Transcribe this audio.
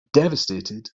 devastated